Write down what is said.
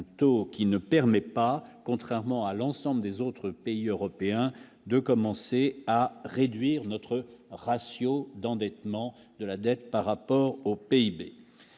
un taux qui ne permet pas, contrairement à l'ensemble des autres pays européens de commencer à réduire notre ratio d'endettement de la dette par rapport au PIB